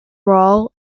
role